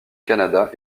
canada